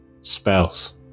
spouse